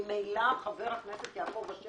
ממילא חבר הכנסת יעקב אשר,